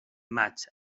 maig